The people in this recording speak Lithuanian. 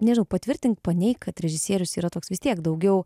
nežinau patvirtink paneik kad režisierius yra toks vis tiek daugiau